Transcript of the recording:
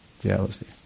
jealousy